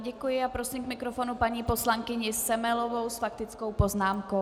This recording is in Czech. Děkuji a prosím k mikrofonu paní poslankyni Semelovou s faktickou poznámkou.